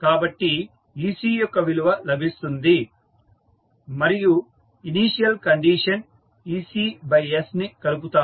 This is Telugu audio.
కాబట్టి ec యొక్క విలువ లభిస్తుంది మరియు ఇనీషియల్ కండిషన్ ecsని కలుపుతారు